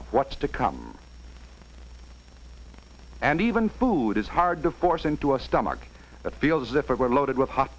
of what's to come and even food is hard to force into a stomach that feels as if it were loaded with hot